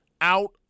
out